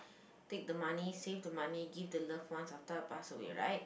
take the money save the money give the loved ones after I pass away right